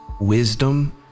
wisdom